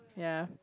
ya